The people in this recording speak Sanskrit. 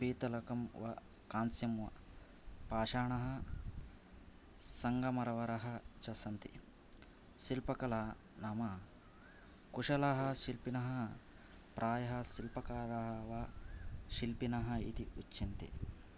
पीतलकं वा कांस्यं वा पाषाणः सङ्गमरवरः च सन्ति शिल्प कला नाम कुशलः शिल्पिनः प्रायः शिल्पकारः वा शिल्पिनः इति पृच्छन्ति